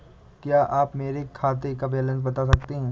क्या आप मेरे खाते का बैलेंस बता सकते हैं?